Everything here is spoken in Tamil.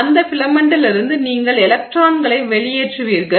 அந்த ஃபிலமென்டிலிருந்து நீங்கள் எலக்ட்ரான்கள்களை வெளியேற்றுவீர்கள்